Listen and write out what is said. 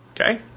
Okay